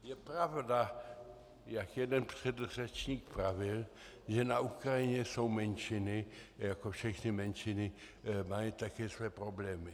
Je pravda, jak jeden předřečník pravil, že na Ukrajině jsou menšiny a jako všechny menšiny mají také své problémy.